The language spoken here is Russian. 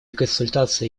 консультации